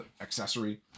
accessory